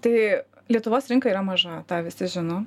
tai lietuvos rinka yra maža tą visi žino